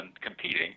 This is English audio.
competing